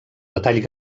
detall